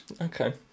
Okay